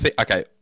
Okay